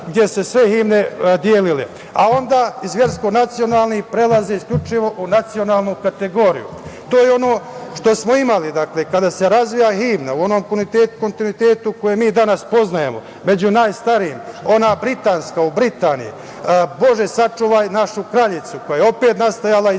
gde su sve himne delile. A onda, iz versko-nacionalnih, prelaze isključivo u nacionalnu kategoriju. To je ono što smo imali. Dakle, kada se razvija himna u onom kontinuitetu koji mi danas poznajemo, među najstarijim, ona britanska, u Britaniji - Bože sačuvaj našu kraljicu, koja je opet nastajala iz te